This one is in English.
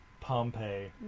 pompeii